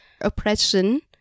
oppression